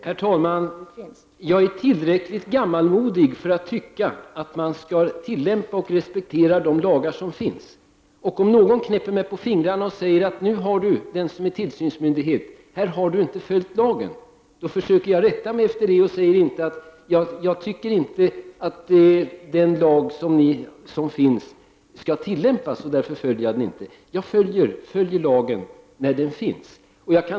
Herr talman! Jag är tillräckligt gammalmodig för att tycka att man skall " respektera de lagar som finns. Om en tillsynsmyndighet knäpper mig på fingrarna och säger att jag inte följt lagen, försöker jag rätta mig efter det. Jag säger då inte att jag tycker att den gällande lagen inte skall tillämpas och att jag därför inte följer den. Jag följer lagen när den finns.